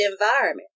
environment